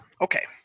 Okay